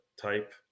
type